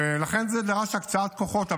ולכן זה דרש הקצאת כוחות.